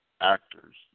actors